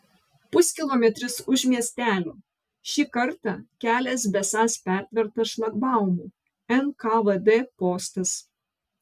puskilometris už miestelio šį kartą kelias besąs pertvertas šlagbaumu nkvd postas